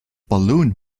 balloon